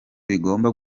bigomba